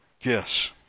Yes